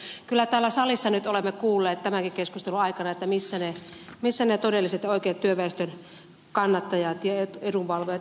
kyllä täällä salissa nyt olemme kuulleet tämänkin keskustelun aikana missä ne todelliset ja oikeat työväestön kannattajat ja edunvalvojat istuvat